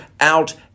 out